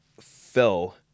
fell